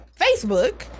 Facebook